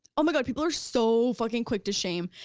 oh my god people are so fucking quick to shame,